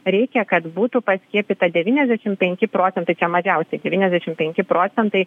reikia kad būtų paskiepyta devyniasdešim penki procentai mažiausiai devyniasdešim penki procentai